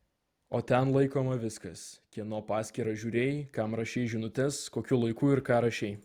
o ten laikoma viskas kieno paskyrą žiūrėjai kam rašei žinutes kokiu laiku ir ką rašei